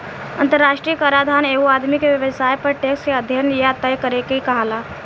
अंतरराष्ट्रीय कराधान एगो आदमी के व्यवसाय पर टैक्स के अध्यन या तय करे के कहाला